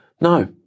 no